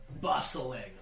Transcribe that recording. bustling